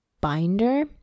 binder